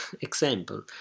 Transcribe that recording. example